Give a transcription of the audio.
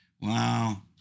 wow